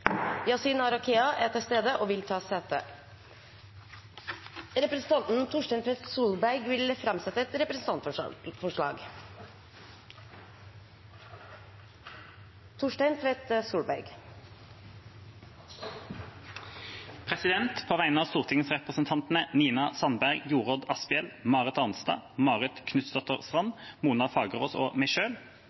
er til stede og vil ta sete. Representanten Torstein Tvedt Solberg vil framsette et representantforslag. På vegne av stortingsrepresentantene Nina Sandberg, Jorodd Asphjell, Marit Arnstad, Marit Knutsdatter Strand, Mona Fagerås og meg